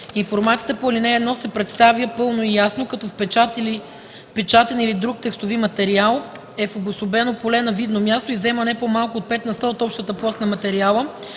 Информацията по ал. 1 се представя пълно и ясно, като в печатен или друг текстови материал е в обособено поле на видно място и заема не по-малко от 5 на сто от общата площ на материала,